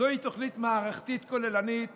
זוהי תוכנית מערכתית כוללנית